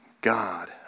God